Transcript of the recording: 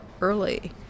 early